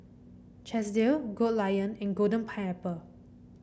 Chesdale Goldlion and Golden Pineapple